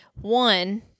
one